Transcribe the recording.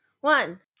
one